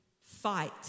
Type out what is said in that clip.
fight